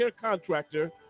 contractor